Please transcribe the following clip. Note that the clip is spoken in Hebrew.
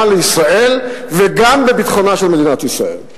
לישראל וגם בביטחונה של מדינת ישראל.